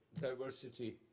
diversity